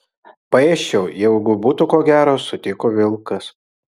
paėsčiau jeigu būtų ko gero sutiko vilkas